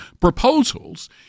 proposals